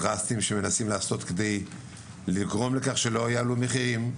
הדרסטיים שמנסים לעשות כדי לגרום לכך שלא יעלו מחירים,